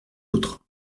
autres